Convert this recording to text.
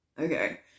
okay